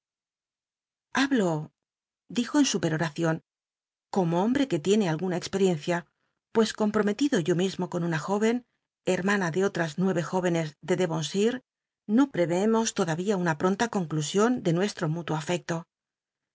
o en su pcroracion como hombre que tiene alguna cx cl'icncia pues compromctido yo mi mo con una jóvcn hermana de olms nuerc jóvenes en el dcronshire no lll'evecmos lodayia una pronta conclusion de nuestro mútuo afecto